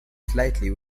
slightly